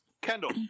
Kendall